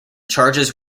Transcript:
charges